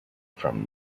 from